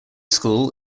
school